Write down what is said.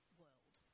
world